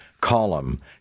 column